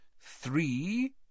Three